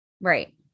Right